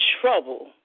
trouble